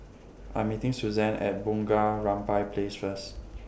I'm meeting Suzann At Bunga Rampai Place First